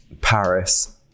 Paris